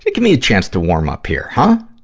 but give me a chance to warm up here, huh!